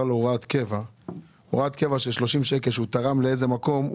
וזה שעל הוראת קבע של 30 שקל שהוא תרם לאיזה מקום הוא